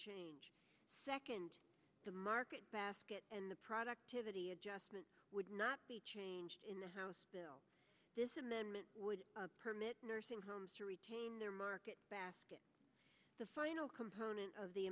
change second the market basket and the productivity adjustment would not be changed in the house bill this amendment would permit nursing homes to retain their market basket the final component of the